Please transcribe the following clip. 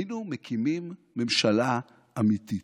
היינו מקימים ממשלה אמיתית: